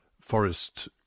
forest